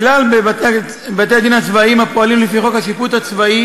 הכלל בבתי-הדין הצבאיים הפועלים לפי חוק השיפוט הצבאי